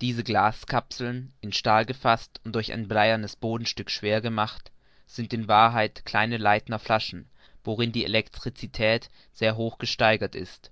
diese glaskapseln in stahl gefaßt und durch ein bleiernes bodenstück schwer gemacht sind in wahrheit kleine leydner flaschen worin die elektricität sehr hoch gesteigert ist